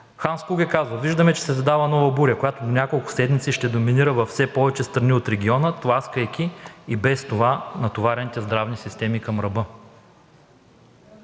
Ханс Клуге казва: „Виждаме, че се задава нова буря, която до няколко седмици ще доминира във все повече страни от региона, тласкайки и без това натоварените здравни системи към ръба.“